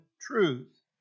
truth